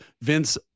Vince